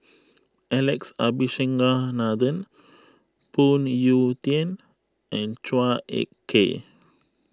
Alex Abisheganaden Phoon Yew Tien and Chua Ek Kay